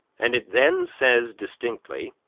and it then says distinctly,